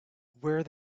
where